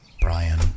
Brian